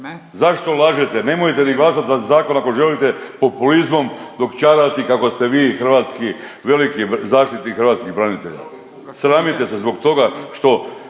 Zašto lažete? Nemojte ni glasati protiv zakona ako želite populizmom dočarati kako ste vi hrvatski veliki zaštitnik hrvatskih branitelja. Sramite se zbog toga što